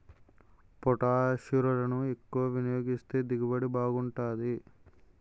పొటాషిరులను ఎక్కువ వినియోగిస్తే దిగుబడి బాగుంటాది